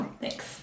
Thanks